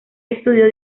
estudió